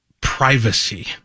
privacy